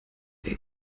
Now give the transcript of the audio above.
der